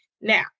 Now